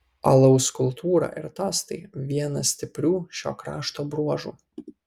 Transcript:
alaus kultūra ir tostai vienas stiprių šio krašto bruožų